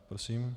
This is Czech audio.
Prosím.